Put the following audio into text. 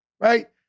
right